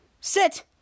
sit